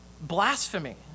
Blasphemy